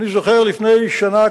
אני זוכר לפני שנה,